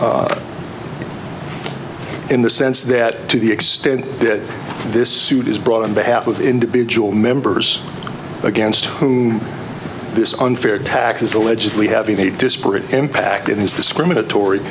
in the sense that to the extent that this suit is brought on behalf of individual members against whom this unfair tax is allegedly having a disparate impact it is discriminatory